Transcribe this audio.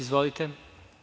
Izvolite.